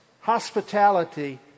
hospitality